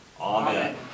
Amen